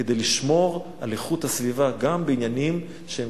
כדי לשמור על איכות הסביבה גם בעניינים שהם